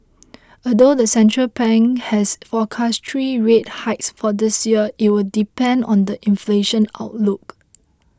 although the central bank has forecast three rate hikes for this year it will depend on the inflation outlook